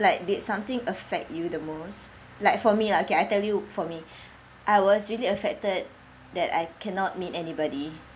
like did something affect you the most like for me lah okay I tell you for me I was really affected that I cannot meet anybody